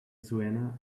suena